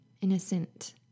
innocent